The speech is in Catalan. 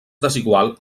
desigual